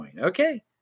Okay